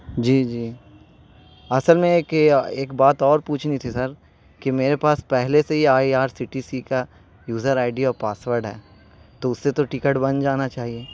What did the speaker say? جی جی اصل میں ایک یہ ایک بات اور پوچھنی تھی سر کہ میرے پاس پہلے سے ہی آر سی ٹی سی کا یوزر آئی ڈی اور پاسورڈ ہے تو اس سے تو ٹکٹ بن جانا چاہیے